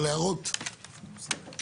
אבל הערות פרקטיות